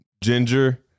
Ginger